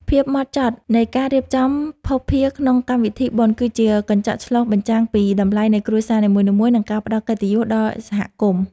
ភាពហ្មត់ចត់នៃការរៀបចំភស្តុភារក្នុងកម្មវិធីបុណ្យគឺជាកញ្ចក់ឆ្លុះបញ្ចាំងពីតម្លៃនៃគ្រួសារនីមួយៗ និង ការផ្តល់កិត្តិយសដល់សហគមន៍។